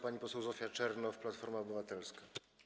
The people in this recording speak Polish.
Pani poseł Zofia Czernow, Platforma Obywatelska.